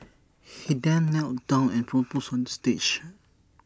he then knelt down and proposed on stage